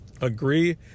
Agree